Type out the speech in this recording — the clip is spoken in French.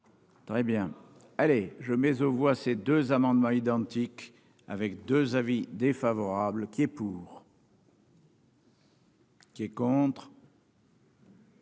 Très bien, allez je mais aux voit ces deux amendements identiques avec 2 avis défavorable qui est pour. Qui est contre.